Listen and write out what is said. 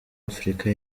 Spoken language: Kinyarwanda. afurika